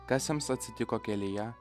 kas jiems atsitiko kelyje